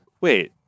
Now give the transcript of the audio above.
Wait